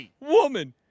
woman